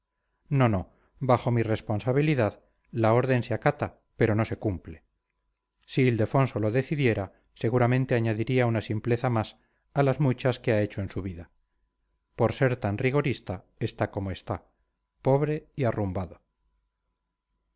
no no bajo mi responsabilidad la orden se acata pero no se cumple si ildefonso lo decidiera seguramente añadiría una simpleza más a las muchas que ha hecho en su vida por ser tan rigorista está como está pobre y arrumbado